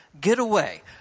getaway